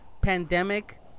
pandemic